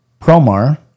Promar